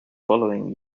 following